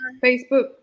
facebook